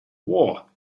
war